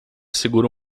segura